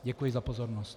Děkuji za pozornost.